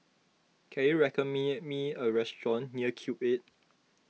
can you recommend me me a restaurant near Cube eight